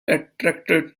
attracted